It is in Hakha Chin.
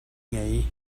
ngei